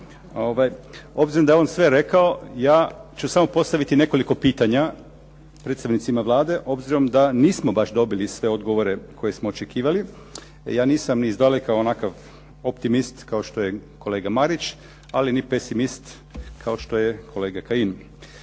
Obzirom da je sve on rekao ja ću postaviti nekoliko pitanja predstavnicima Vlade, obzirom da nismo baš dobili sve odgovore koje smo očekivali. Ja nisam ni izdaleka onakav optimist kao što je kolega Marić, a ni pesimist kao što je kolega Kajin.